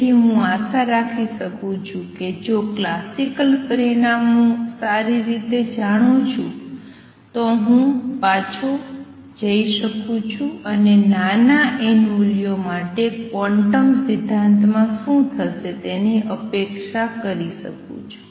તેથી હું આશા રાખી શકું છું કે જો હું ક્લાસિક પરિણામો સારી રીતે જાણું છું તો હું પાછો જઈ શકું છું અને નાના n મૂલ્યો માટે ક્વોન્ટમ સિદ્ધાંતમાં શું થશે તેની અપેક્ષા કરી શકું છું